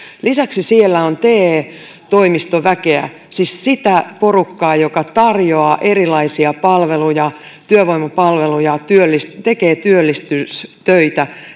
lisäksi siellä on te toimistoväkeä siis sitä porukkaa joka tarjoaa erilaisia palveluja työvoimapalveluja ja tekee työllistystöitä